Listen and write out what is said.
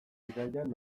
bidaien